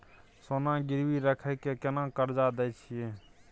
सोना गिरवी रखि के केना कर्जा दै छियै?